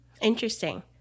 Interesting